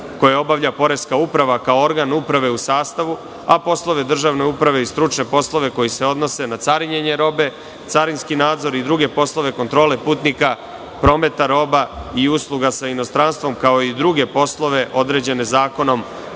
koje obavlja poreska uprava kao organ uprave u sastavu, a poslove državne uprave i stručne poslove koji se odnose na carinjenje robe, carinski nadzor i druge poslove kontrole putnika, prometa roba i usluga sa inostranstvom, kao i druge poslove određene zakonom